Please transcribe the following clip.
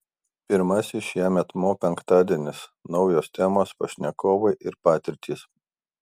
pirmasis šiemet mo penktadienis naujos temos pašnekovai ir patirtys